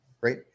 right